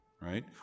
right